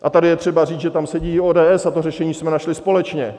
A tady je třeba říct, že tam sedí i ODS, a to řešení jsme našli společně.